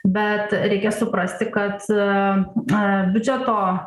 bet reikia suprasti kad a biudžeto